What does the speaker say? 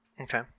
okay